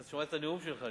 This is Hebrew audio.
ואז שמעתי את הנאום שלך,